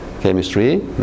chemistry